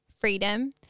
freedom